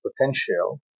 potential